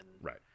right